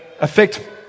affect